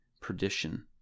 perdition